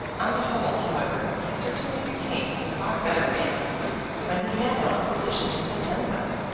on the whole, however, he certainly became a far better man when he had no opposition to contend with,